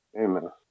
Amen